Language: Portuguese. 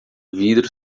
vidro